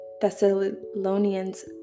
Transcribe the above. Thessalonians